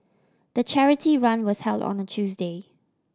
the charity run was held on a Tuesday